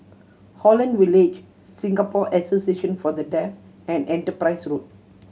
Holland Village Singapore Association For The Deaf and Enterprise Road